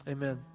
Amen